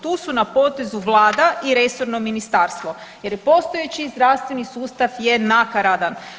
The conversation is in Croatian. Tu su na potezu Vlada i resorno ministarstvo jer je postojeći zdravstveni sustav je nakaradan.